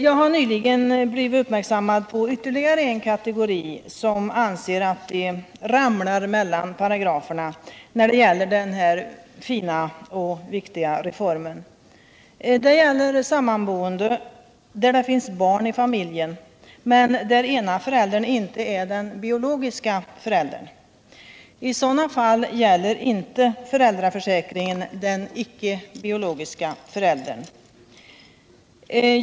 Jag har nyligen blivit uppmärksammad på ytterligare en kategori som anser sig ramla mellan paragraferna i denna fina och viktiga reform. Det gäller sammanboende där det finns barn i familjen, men där den ena föräldern inte är biologisk förälder. I sådana fall gäller inte föräldraförsäkringen för den icke biologiska föräldern.